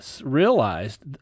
realized